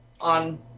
on